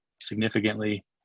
significantly